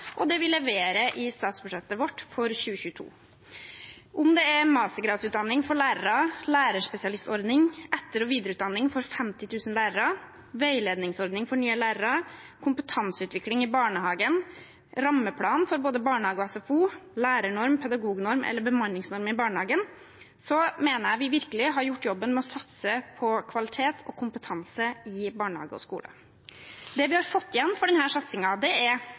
og det vi leverer i statsbudsjettet vårt for 2022. Enten det er mastergradsutdanning for lærere, lærerspesialistordning, etter- og videreutdanning for 50 000 lærere, veiledningsordning for nye lærere, kompetanseutvikling i barnehagen, rammeplan for både barnehage og SFO, lærernorm, pedagognorm eller bemanningsnorm i barnehagen, mener jeg at vi virkelig har gjort jobben med å satse på kvalitet og kompetanse i barnehage og skole. Det vi har fått igjen for